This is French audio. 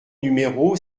numéro